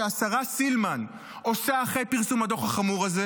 שעושה השרה סילמן אחרי פרסום הדוח החמור הזה?